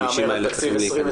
ה-50 האלה צריכים להכנס.